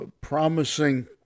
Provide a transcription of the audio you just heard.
promising